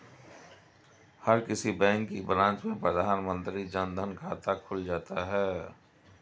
हर किसी बैंक की ब्रांच में प्रधानमंत्री जन धन खाता खुल जाता है